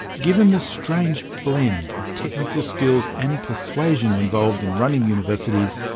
given the strange blend of technical skills and persuasion involved in running universities,